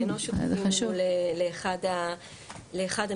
"אנוש" שותפים לנו לאחד המרכזים.